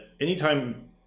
anytime